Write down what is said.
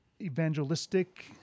evangelistic